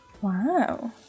Wow